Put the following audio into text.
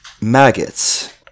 maggots